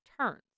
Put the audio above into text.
turns